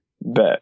Bet